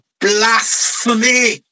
blasphemy